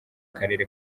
karere